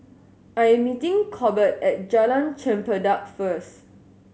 I am meeting Corbett at Jalan Chempedak first